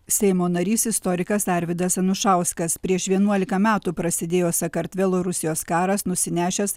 seimo narys istorikas arvydas anušauskas prieš vienuolika metų prasidėjo sakartvelo ir rusijos karas nusinešęs